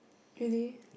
really